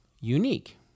unique